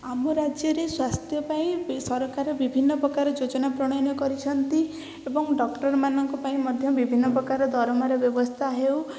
ଆମ ରାଜ୍ୟରେ ସ୍ୱାସ୍ଥ୍ୟ ପାଇଁ ସରକାର ବିଭିନ୍ନ ପ୍ରକାର ଯୋଜନା ପ୍ରଣୟନ କରିଛନ୍ତି ଏବଂ ଡକ୍ଟରମାନଙ୍କ ପାଇଁ ମଧ୍ୟ ବିଭିନ୍ନ ପ୍ରକାର ଦରମାର ବ୍ୟବସ୍ଥା ହେଉ